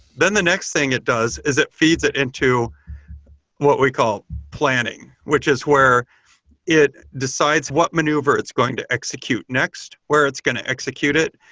then the next thing it does is it feeds it into what we call planning, which is where it decides that maneuver it's going to execute next. where it's going to execute it?